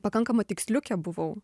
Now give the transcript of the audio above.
pakankama tiksliukė buvau